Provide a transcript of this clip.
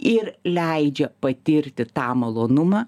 ir leidžia patirti tą malonumą